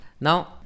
Now